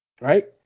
Right